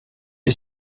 les